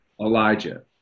Elijah